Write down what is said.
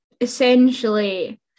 essentially